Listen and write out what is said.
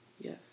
Yes